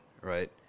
right